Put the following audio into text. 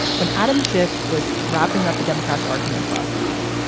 when adam schiff was wrapping up the democrats arguments last week,